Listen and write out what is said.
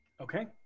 Okay